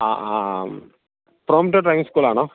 ആ ആ ആ പ്രോംറ്റഡ് ഡ്രൈവിങ് സ്കൂളാണോ